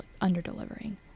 under-delivering